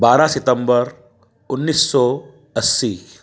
बारह सितम्बर उन्नीस सौ अस्सी